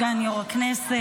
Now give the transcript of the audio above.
סגן יו"ר הכנסת,